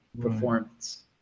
performance